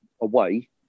away